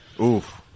Oof